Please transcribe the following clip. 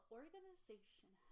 organization